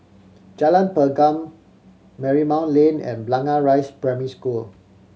Jalan Pergam Marymount Lane and Blangah Rise Primary School